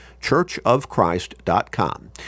churchofchrist.com